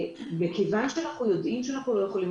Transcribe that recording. מכיוון שאנחנו יודעים שאנחנו לא יכולים